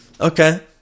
Okay